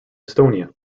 estonia